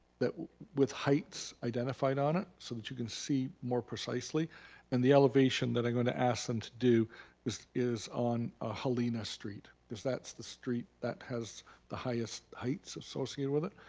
with heights identified on it so that you can see more precisely and the elevation that going to ask them to do is is on ah helena street, cause that's the street that has the highest heights associated with it.